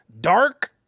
Dark